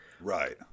Right